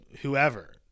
whoever